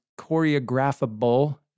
choreographable